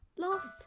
lost